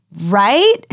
right